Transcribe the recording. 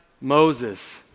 Moses